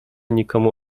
nikomu